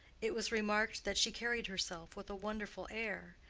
it was remarked that she carried herself with a wonderful air,